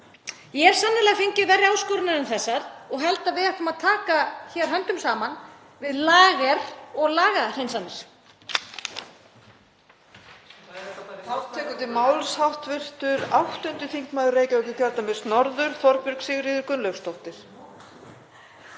Ég hef sannarlega fengið verri áskoranir en þessar og held að við ættum að taka hér höndum saman við lager- og lagahreinsanir.